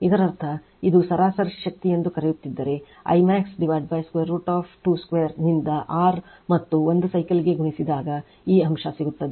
ಇದರರ್ಥ ಇದು ಸರಾಸರಿ ಶಕ್ತಿಯೆಂದು ಕರೆಯುತ್ತಿದ್ದರೆ I max √ 22 ನಿಂದ R ಮತ್ತು ಒಂದು ಸೈಕಲ್ಗೆ ಗುಣಿಸಿದಾಗ ಈ ಅಂಶ ಸಿಗುತ್ತದೆ